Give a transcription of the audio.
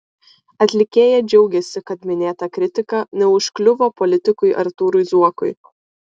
atlikėja džiaugiasi kad minėta kritika neužkliuvo politikui artūrui zuokui